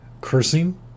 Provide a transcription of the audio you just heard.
cursing